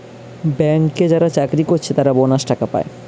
ব্যাংকে যারা চাকরি কোরছে তারা বোনাস টাকা পায়